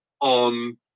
on